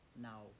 now